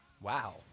Wow